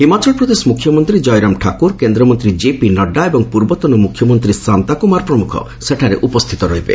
ହିମାଚଳ ପ୍ରଦେଶ ମୁଖ୍ୟମନ୍ତ୍ରୀ ଜୟରାମ ଠାକୁର କେନ୍ଦ୍ରମନ୍ତ୍ରୀ କେପି ନଡ଼ୁ ଏବଂ ପୂର୍ବତନ ମୁଖ୍ୟମନ୍ତ୍ରୀ ସାନ୍ତା କୁମାର ପ୍ରମୁଖ ସେଠାରେ ଉପସ୍ଥିତ ରହିବେ